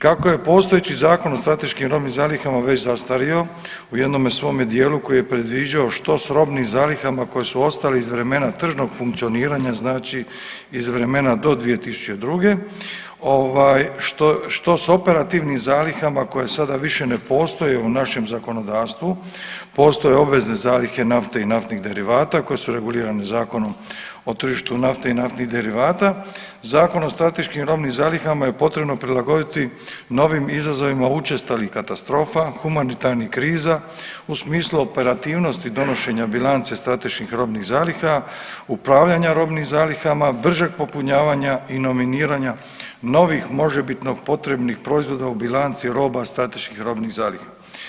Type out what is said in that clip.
Kako je postojeći Zakon o strateškim robnim zalihama već zastario, u jednome svome dijelu koji je predviđao što s robnim zalihama koje su ostale iz vremena tržnog funkcioniranja, znači iz vremena do 2002., onaj, što s operativnim zalihama koje sada više ne postoje u našem zakonodavstvu, postoje obvezne zalihe nafte i naftnih derivata koje su regulirane Zakonom o tržištu nafte i naftnih derivata, Zakon o strateškim robnim zalihama je potrebno prilagoditi novim izazovima učestalih katastrofa, humanitarnih kriza, u smislu operativnosti donošenja bilance strateških robnih zaliha, upravljanja robnim zalihama, bržeg popunjavanja i nominiranja novih možebitnog potrebnih proizvoda u bilanci roba strateških robnih zaliha.